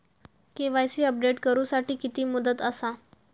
KYC update करू साठी किती मुदत आसा?